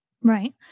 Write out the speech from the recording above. right